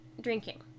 drinking